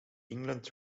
england